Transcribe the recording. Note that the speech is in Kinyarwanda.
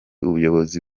ubuyobozi